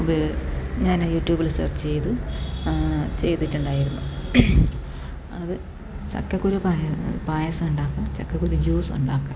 ഉപയോഗിക്കാം ഞാൻ യൂട്യൂബിൽ സെർച്ച് ചെയ്ത് ചെയ്തിട്ടുണ്ടായിരുന്നു അത് ചക്കക്കുരു പായ പായസം ഉണ്ടാക്കും ചക്കക്കുരു ജ്യൂസ് ഉണ്ടാക്കും